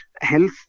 Health